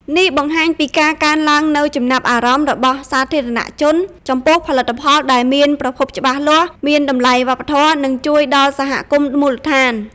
នេះបង្ហាញពីការកើនឡើងនូវចំណាប់អារម្មណ៍របស់សាធារណជនចំពោះផលិតផលដែលមានប្រភពច្បាស់លាស់ មានតម្លៃវប្បធម៌ និងជួយដល់សហគមន៍មូលដ្ឋាន។